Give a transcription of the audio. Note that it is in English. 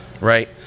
right